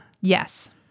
Yes